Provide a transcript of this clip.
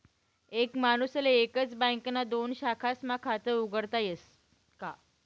एक माणूसले एकच बँकना दोन शाखास्मा खातं उघाडता यस का?